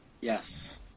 Yes